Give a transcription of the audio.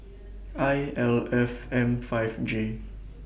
I L F M five J